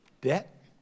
debt